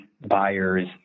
buyers